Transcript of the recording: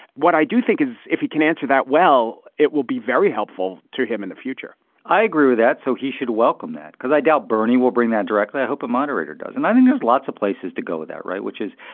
what i do think is, if you can answer that, well, it will be very helpful to him in the future i agree with that. so he should welcome that because i doubt bernie will bring that directly. i hope a moderator does. and i think there's lots of places to go with that. right. which is,